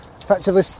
effectively